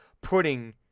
putting